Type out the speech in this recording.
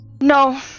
No